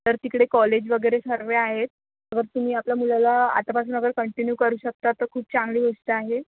तर तिकडे कॉलेज वगैरे सर्व आहेत तर तुम्ही आपल्या मुलाला आतापासून अगर कंटिन्यू करू शकता तर खूप चांगली गोष्ट आहे